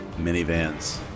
Minivans